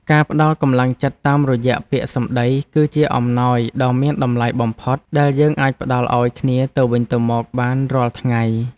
ការផ្ដល់កម្លាំងចិត្តតាមរយៈពាក្យសម្តី គឺជាអំណោយដ៏មានតម្លៃបំផុតដែលយើងអាចផ្ដល់ឱ្យគ្នាទៅវិញទៅមកបានរាល់ថ្ងៃ។